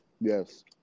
yes